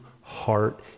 heart